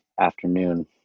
afternoon